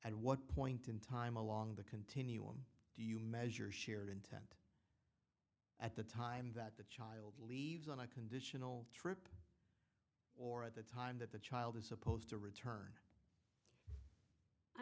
at what point in time along the continuum do you measure shared intent at the time that the child leaves on a conditional trip or the time that the child is supposed to